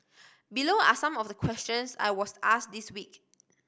below are some of the questions I was asked this week